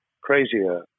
crazier